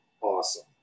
awesome